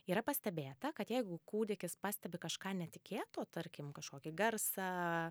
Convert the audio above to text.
yra pastebėta kad jeigu kūdikis pastebi kažką netikėto tarkim kažkokį garsą